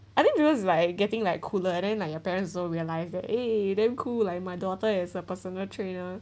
I think because like getting like cooler then like your parents don't realize that !hey! damn cool like my daughter is a personal trainer